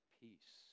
peace